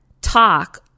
talk